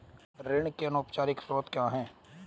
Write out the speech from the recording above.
ऋण के अनौपचारिक स्रोत क्या हैं?